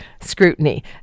scrutiny